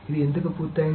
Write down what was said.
ఇది ఎందుకు పూర్తయింది